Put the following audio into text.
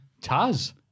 Taz